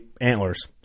antlers